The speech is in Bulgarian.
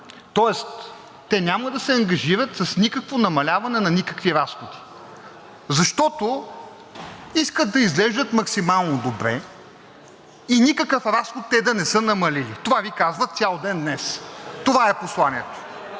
Тоест те няма да се ангажират с никакво намаляване на никакви разходи. Защото искат да изглеждат максимално добре и никакъв разход те да не са намалили. Това Ви казва цял ден днес. Това е посланието.